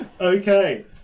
Okay